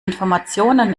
informationen